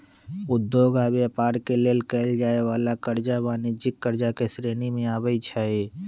उद्योग आऽ व्यापार के लेल कएल जाय वला करजा वाणिज्यिक करजा के श्रेणी में आबइ छै